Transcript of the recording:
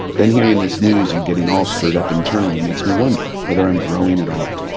then hearing this news and getting all stirred up internally makes me wonder whether i'm growing at all.